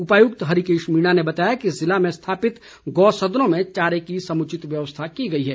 उपायुक्त हरिकेश मीणा ने बताया कि ज़िले में स्थापित गौ सदनों में चारे की समुचित व्यवस्था की गई है